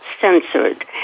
censored